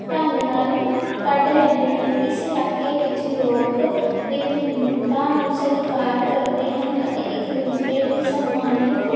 ਢੰਗ ਨਾਲ ਕੱਢ ਲੈਂਦੇ ਹਨ ਇਸ ਇਲਾਕੇ ਵਿੱਚ ਲੋਕ ਵਿਭਿੰਨਤਾ ਨੂੰ ਸਵੀਕਾਰ ਕਰਦੇ ਹਨ ਅਤੇ ਇੱਕ ਦੂਸਰੇ ਨੂੰ ਸਨਮਾਨਿਤ